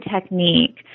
technique